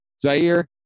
Zaire